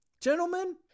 gentlemen